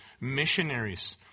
missionaries